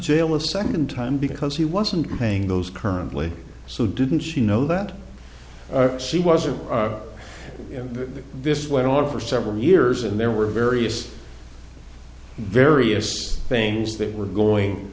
jail a second time because he wasn't paying those currently so didn't she know that she wasn't him to this went on for several years and there were various various things that were